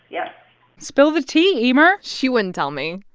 yeah spill the tea, emer she wouldn't tell me.